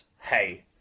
hey